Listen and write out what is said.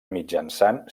mitjançant